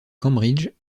cambridge